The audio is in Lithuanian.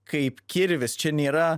kaip kirvis čia nėra